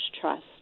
trust